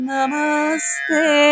Namaste